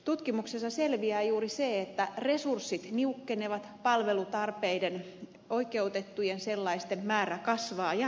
tutkimuksessa selviää juuri se että resurssit niukkenevat palvelutarpeiden oikeutettujen sellaisten määrä kasvaa jatkuvasti